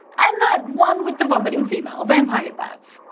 and that one with the vomiting female vampire bats.